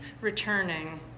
returning